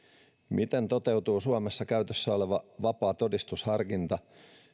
miten toteutuu suomessa käytössä oleva vapaa todistusharkinta